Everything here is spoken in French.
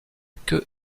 queue